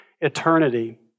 eternity